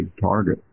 target